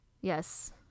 Yes